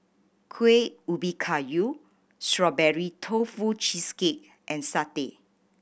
Kueh Ubi Kayu Strawberry Tofu Cheesecake and satay